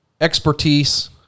expertise